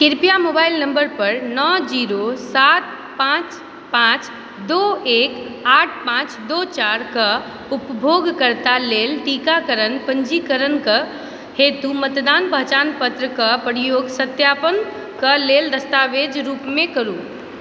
कृपया mobile number पर नओ जीरो सात पाँच पाँच दु एक आठ पाँच दु चारि कऽ उपयोगकर्ता लेल टीकाकरण पञ्जीकरणके हेतु मतदान पहचान पत्र कऽ प्रयोग सत्यापनके लेल दस्तावेजके रूपमे करू